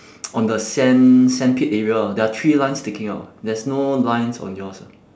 on the sand~ sandpit area lah there are three lines sticking out there's no lines on yours ah